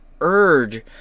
urge